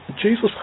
Jesus